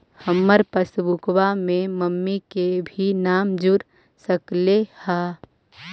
हमार पासबुकवा में मम्मी के भी नाम जुर सकलेहा?